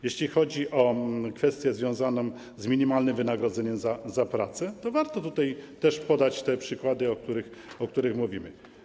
Jeśli chodzi o kwestię związaną z minimalnym wynagrodzeniem za pracę, to warto tutaj też podać przykłady, o których mówimy.